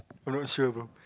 I'm not sure bro